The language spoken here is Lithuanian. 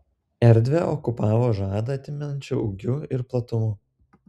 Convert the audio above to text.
erdvę okupavo žadą atimančiu ūgiu ir platumu